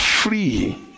Free